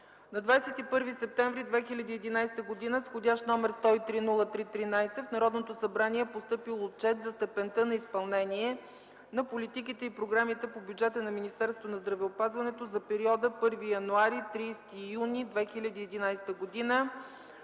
На 21 септември 2011 г. с вх. № 103-03-13 в Народното събрание е постъпил Отчет за степента на изпълнение на политиките и програмите по бюджета на Министерството на здравеопазването за периода 1 януари – 30 юни 2011 г.